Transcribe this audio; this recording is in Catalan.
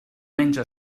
menja